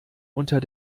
unter